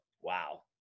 Wow